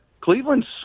Cleveland's